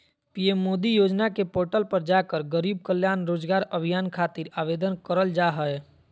PM Modi योजना के portal पर जाकर गरीब कल्याण रोजगार अभियान खातिर आवेदन करल जा हय